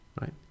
right